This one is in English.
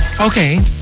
Okay